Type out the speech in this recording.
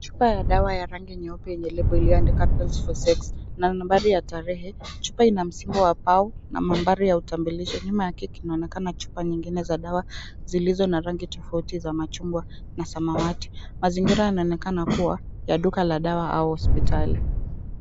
Chupa ya dawa ya rangi nyeupe yenye lebo iliyoandikwa pills for sex na nambari ya tarehe. Chupa ina msimbo wa pau na mwambari ya utambulisho. Nyuma yake kinaonekana chupa nyingine za dawa zilizo na rangi tofauti za machungwa na samawati. Mazingira yanaonekana kuwa ya duka la dawa au hospitali.